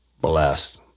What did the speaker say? blessed